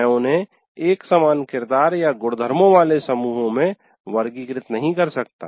मैं उन्हें एक सामान किरदार या गुणधर्मों वाले समूहों में वर्गीकृत नहीं कर सकता